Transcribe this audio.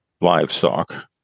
livestock